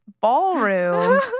ballroom